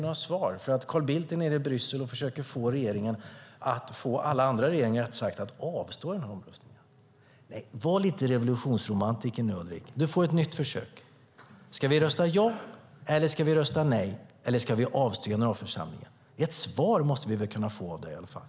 Är det för att Carl Bildt är i Bryssel och försöker få alla andra regeringar att avstå i den här omröstningen som han inte kan ge några svar? Var lite revolutionsromantiker nu, Ulrik! Du får ett nytt försök. Ska vi rösta ja, ska vi rösta nej eller ska vi avstå i generalförsamlingen? Vi måste väl kunna få ett svar av dig i alla fall.